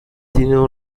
tenido